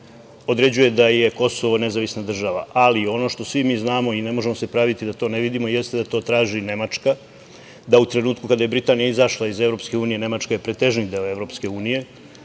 određuje da je Kosovo nezavisna država, ali ono što svi mi znamo i ne možemo se praviti da to ne vidimo, jeste da to traži Nemačka, da u trenutku kada je Britanija izašla iz EU Nemačka je pretežni deo EU,